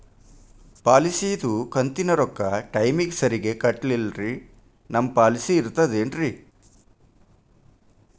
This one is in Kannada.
ಪಾಲಿಸಿದು ಕಂತಿನ ರೊಕ್ಕ ಟೈಮಿಗ್ ಸರಿಗೆ ಕಟ್ಟಿಲ್ರಿ ನಮ್ ಪಾಲಿಸಿ ಇರ್ತದ ಏನ್ರಿ?